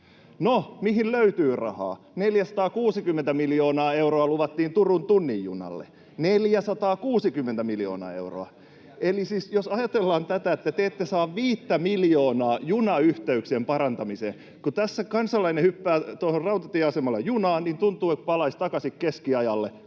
on leikattu pois!] 460 miljoonaa euroa luvattiin Turun tunnin junalle, 460 miljoonaa euroa. Eli siis jos ajatellaan tätä, että te ette saa viittä miljoonaa junayhteyksien parantamiseen... Kun tässä kansalainen hyppää tuossa rautatieasemalla junaan, niin tuntuu kuin palaisi takaisin keskiajalle,